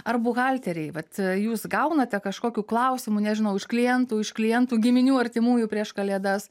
ar buhalteriai vat jūs gaunate kažkokių klausimų nežinau iš klientų iš klientų giminių artimųjų prieš kalėdas